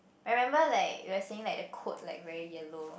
remember like we'll saying like the coat like very yellow